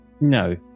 No